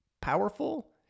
powerful